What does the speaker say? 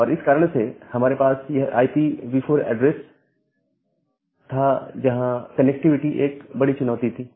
और इस कारण से हमारे पास यह IPv4 एड्रेस था जहां कनेक्टिविटी एक बड़ी चुनौती थी